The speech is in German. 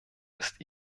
ist